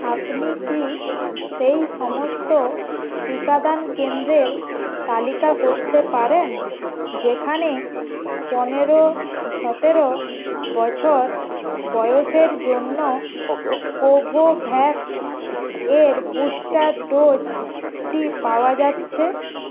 আপনি কি সেই সমস্ত টিকাদান কেন্দ্রের তালিকা করতে পারেন যেখানে পনেরো সতেরো বছর বয়সের জন্য কোভোভ্যাক্স এর বুস্টার ডোজটি পাওয়া যাচ্ছে